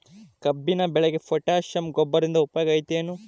ಕಬ್ಬಿನ ಬೆಳೆಗೆ ಪೋಟ್ಯಾಶ ಗೊಬ್ಬರದಿಂದ ಉಪಯೋಗ ಐತಿ ಏನ್?